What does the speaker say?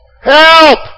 Help